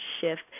shift